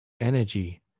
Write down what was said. energy